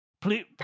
Please